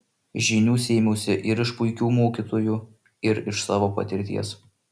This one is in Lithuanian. žinių sėmiausi ir iš puikių mokytojų ir iš savo patirties